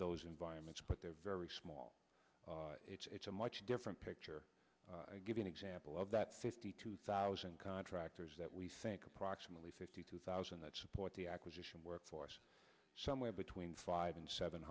those environments but they're very small it's a much different picture i give an example of that fifty two thousand contractors that we think approximately fifty two thousand that support the acquisition workforce somewhere between five and seven